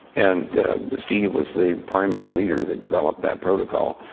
and steve was the primary leader that developed that protocol.